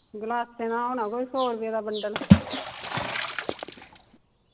ग्लासें दा होना कोई सौ रपें दा बण्डल